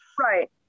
right